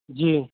جی